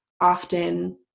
often